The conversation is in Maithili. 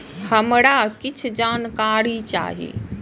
हमरा कीछ जानकारी चाही